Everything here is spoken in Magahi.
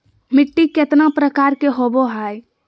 मिट्टी केतना प्रकार के होबो हाय?